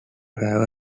have